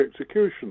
execution